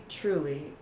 truly